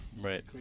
right